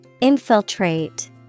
Infiltrate